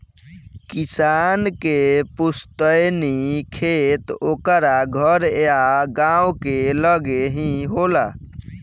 किसान के पुस्तैनी खेत ओकरा घर या गांव के लगे ही होला